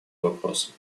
вопросом